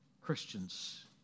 Christians